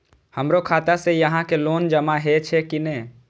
हमरो खाता से यहां के लोन जमा हे छे की ने?